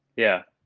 yeah.